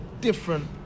different